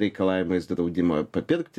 reikalavimais draudimą papirkti